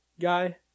guy